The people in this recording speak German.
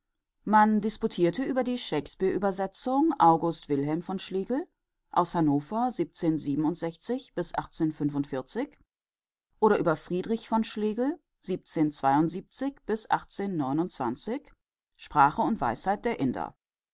man disputierte über die shakespeareübersetzung august wilhelm von schlegel anno oder über friedrich von schlegel sprache und weisheit der inder